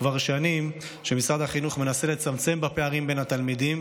כבר שנים שמשרד החינוך מנסה לצמצם את הפערים בין התלמידים